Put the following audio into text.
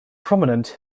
prominent